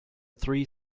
three